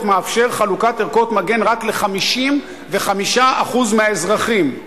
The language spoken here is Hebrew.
מאפשר חלוקת ערכות מגן רק ל-55% מהאזרחים.